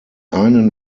einen